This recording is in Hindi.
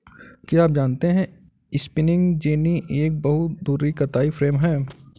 क्या आप जानते है स्पिंनिंग जेनि एक बहु धुरी कताई फ्रेम है?